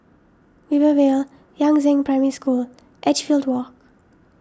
Rivervale Yangzheng Primary School Edgefield Walk